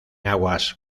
aguas